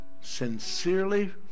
sincerely